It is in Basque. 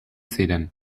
ziren